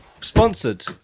Sponsored